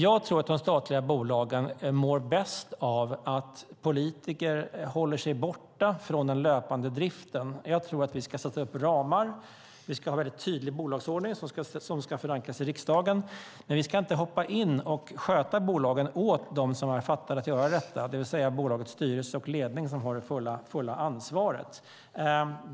Jag tror att de statliga bolagen mår bäst av att politiker håller sig borta från den löpande driften. Jag tror att vi ska sätta upp ramar och ha en mycket tydlig bolagsordning som ska förankras i riksdagen. Men vi ska inte hoppa in och sköta bolagen åt dem som ska göra detta, det vill säga bolagens styrelse och ledning som har det fulla ansvaret.